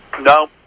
No